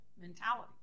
mentality